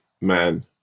man